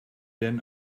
denn